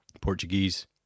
Portuguese